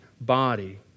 body